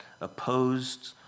opposed